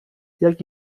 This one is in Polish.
jak